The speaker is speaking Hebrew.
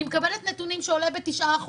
אני מקבלת נתונים שעולה ב-9%,